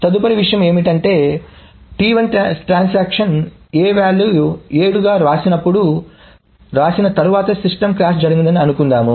తదుపరి విషయం ఏమిటంటే write T1 A 7 స్టేట్మెంట్ తర్వాత క్రాష్ జరిగిందని అనుకుందాం